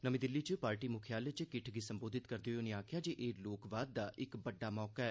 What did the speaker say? नमीं दिल्ली च पार्टी मुक्खालय च किट्ठ गी संबोधत करदे होई उनें आक्खेआ जे एह् लोकवाद दा इक बड्डा मौका ऐ